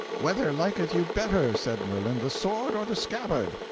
whether liketh you better, said merlin, the sword or the scabbard?